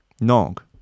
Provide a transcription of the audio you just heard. nog